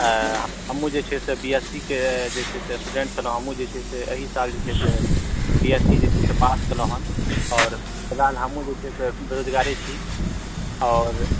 हमहुँ जे छै से बी एससी के जे छै से स्टूडेंट छलहुँ हमहुँ जे छै से एहि साल जे छै से बी एससी जे छै से पास केलहुँ हँ आओर फ़िलहाल हमहुँ जे छै से बेरोजगारे छी आओर